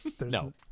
no